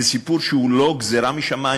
זה סיפור שהוא לא גזירה משמים.